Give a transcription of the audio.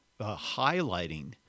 highlighting